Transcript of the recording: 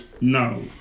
No